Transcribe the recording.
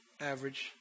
average